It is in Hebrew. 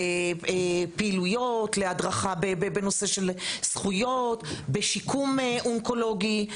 על הדרכה בנושא של זכויות ועל שיקום אונקולוגי.